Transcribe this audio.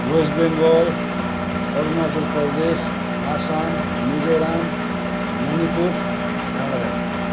West Bengal Arunachal Pradesh Assam Mizoram Manipur Nagaland